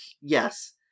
yes